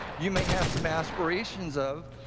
you may have some aspirations of,